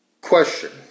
Question